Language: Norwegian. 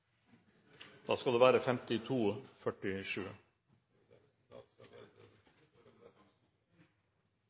da skal det